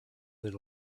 that